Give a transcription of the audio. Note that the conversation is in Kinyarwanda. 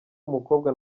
umukobwa